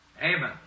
Amen